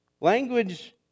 Language